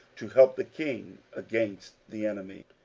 to help the king against the enemy.